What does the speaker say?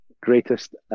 greatest